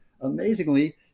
amazingly